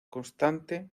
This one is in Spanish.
constante